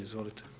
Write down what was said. Izvolite.